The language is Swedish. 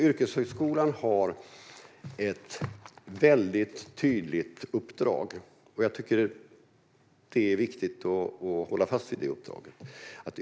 Yrkeshögskolan har ett väldigt tydligt uppdrag, och jag tycker att det är viktigt att hålla fast vid det uppdraget.